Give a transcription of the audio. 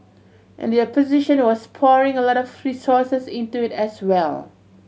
and the opposition was pouring a lot of resources into it as well